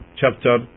chapter